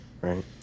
Right